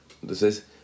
Entonces